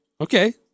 okay